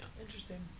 interesting